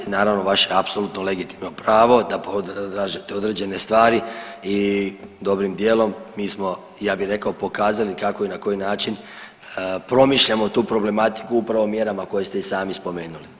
Naravno vaše je apsolutno legitimno pravo da tražite određene stvari i dobrim dijelom mi smo ja bih rekao pokazali kako i na koji način promišljamo tu problematiku upravo mjerama koje ste i sami spomenuli.